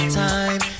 time